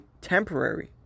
temporary